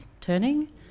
turning